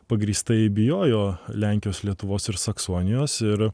pagrįstai bijojo lenkijos lietuvos ir saksonijos ir